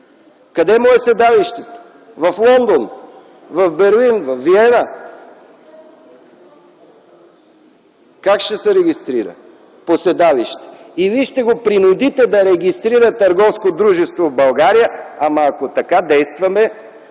Къде му е седалището? В Лондон, в Берлин, във Виена? Как ще се регистрира по седалище? Или ще го принудите да регистрира търговско дружество в България? Ама, ако така действаме,